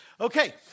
Okay